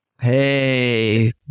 hey